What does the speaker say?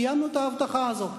קיימנו את ההבטחה הזאת.